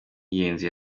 y’ingenzi